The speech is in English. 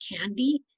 candy